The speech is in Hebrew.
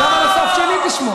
גם על הצד שלי תשמור.